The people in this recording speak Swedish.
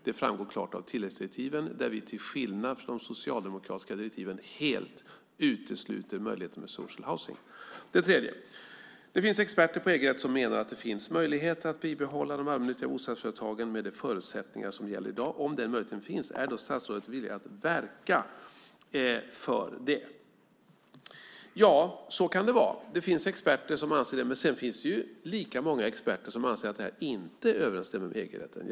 Det framgår klart av tilläggsdirektiven, där vi till skillnad från de socialdemokratiska direktiven helt utesluter möjligheten med social housing . Det finns experter på EG-rätt som menar att det finns möjlighet att bibehålla de allmännyttiga bostadsföretagen med de förutsättningar som gäller i dag. Den tredje frågan lyder: Om den möjligheten finns - är då statsrådet villig att verka för det? Ja, så kan det vara. Det finns experter som anser det. Men det finns lika många experter som anser att det här inte överensstämmer med EG-rätten.